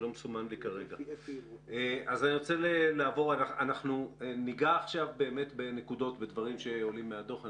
ניגע עכשיו בנקודות ובדברים שעולים מהדוח.